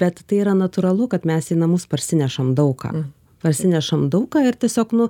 bet tai yra natūralu kad mes į namus parsinešam daug ką parsinešam daug ką ir tiesiog nu